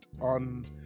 on